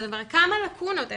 כמה לקונות?